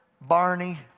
Barney